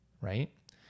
right